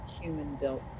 human-built